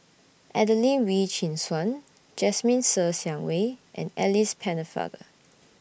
Adelene Wee Chin Suan Jasmine Ser Xiang Wei and Alice Pennefather